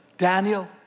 Daniel